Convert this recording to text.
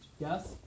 Yes